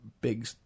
big